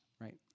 right